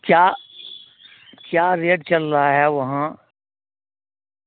کیا کیا ریٹ چل رہا ہے وہاں